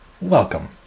welcome